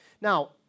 Now